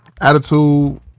Attitude